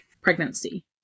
pregnancy